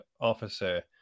officer